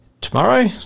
tomorrow